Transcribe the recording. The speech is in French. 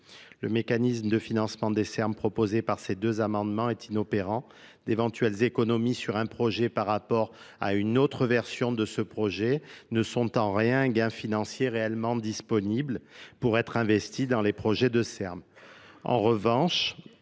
le mécanisme de financement des Ser mes proposé par ces deux amendements est inopérant d'éventuelles économies sur un projet par rapport à une autre version de ce projet nee sont en rien gain financier réellement disponible pour être investi dans les projets de R M.